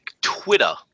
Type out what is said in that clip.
Twitter